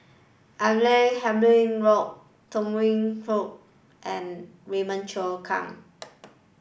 Abdul Halim Haron Tham Yui Kai and Raymond Kang